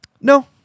No